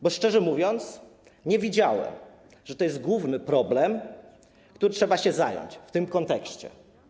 Bo szczerze mówiąc, nie wiedziałem, że to jest główny problem, którym trzeba się zająć w tym kontekście.